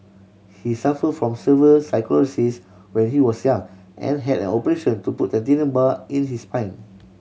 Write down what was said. he suffered from severe sclerosis when he was young and had an operation to put titanium bar in his spine